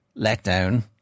letdown